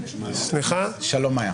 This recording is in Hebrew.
מאיה, שלום.